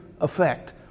effect